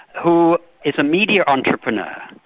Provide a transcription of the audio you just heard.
who is a media entrepreneur,